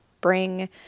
bring